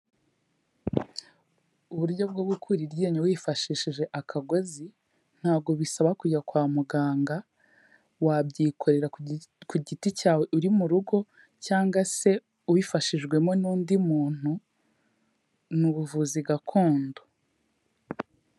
Uburyo bwo gukura iryinyo wifashishije akagozi, ntabwo bisaba kujya kwa muganga, wabyikorera ku giti cyawe uri mu rugo cyangwa se ubifashijwemo n'undi muntu, ni ubuvuzi gakondo.